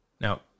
Now